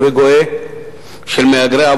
אני רוצה לומר שאחרי שאני אומר את זה,